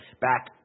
Back